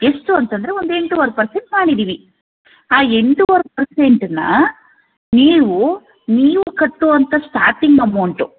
ಎಷ್ಟು ಅಂತಂದರೆ ಒಂದು ಎಂಟೂವರೆ ಪರ್ಸೆಂಟ್ ಮಾಡಿದ್ದೀವಿ ಆ ಎಂಟೂವರೆ ಪರ್ಸೆಂಟನ್ನು ನೀವು ನೀವು ಕಟ್ಟುವಂಥ ಸ್ಟಾರ್ಟಿಂಗ್ ಅಮೌಂಟು